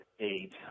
eight